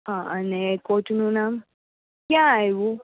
હા અને કોચનું નામ ક્યાં આવ્યું